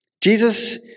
Jesus